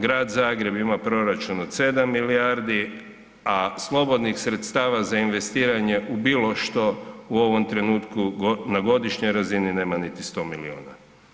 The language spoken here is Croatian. Grad Zagreb ima proračun od 7 milijardi, a slobodnih sredstava za investiranje u bilo što u ovom trenutku na godišnjoj razini nema niti 100 milijuna.